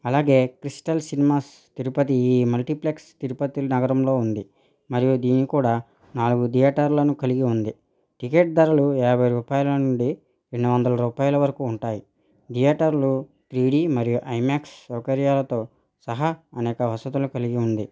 అలాగే Crystal Cinemas Tirupati ఈ multiplex Tirupati నగరంలో ఉంది మరియు దీని కూడా నాలుగు థియేటర్లను కలిగి ఉంది టికెట్ ధరలు యాభై రూపాయల నుండి రెండు వందల రూపాయల వరకు ఉంటాయి థియేటర్లు త్రీ డీ మరియు ఐమాక్స్ ను సౌకర్యాలతో సహా అనేక వసతులు కలిగి ఉంది